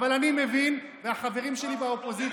אבל אני מבין והחברים שלי באופוזיציה מבינים,